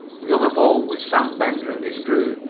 the other boat, with sam bender and his crew,